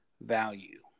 value